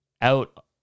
out